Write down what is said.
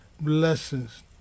blessings